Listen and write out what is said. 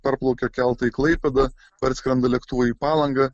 parplaukia keltai į klaipėdą parskrenda lėktuvai į palangą